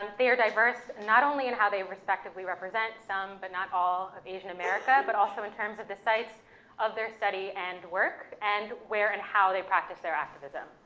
um they are diverse, not only in how they respectively represent some, but not all, of asian america, but also in terms of the sites of their study and work, and where and how they practice their activism.